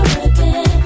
again